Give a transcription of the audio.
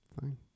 fine